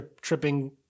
tripping